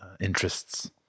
Interests